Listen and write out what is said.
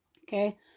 Okay